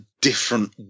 different